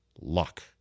luck